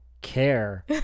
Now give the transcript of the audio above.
care